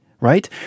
right